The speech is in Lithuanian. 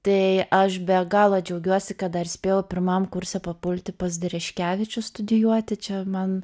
tai aš be galo džiaugiuosi kad dar spėjau pirmam kurse papulti pas dereškevičių studijuoti čia man